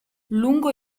lungo